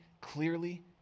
clearly